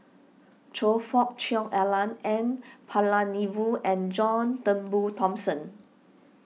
Choe Fook Cheong Alan N Palanivelu and John Turnbull Thomson